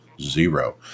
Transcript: zero